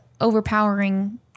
overpowering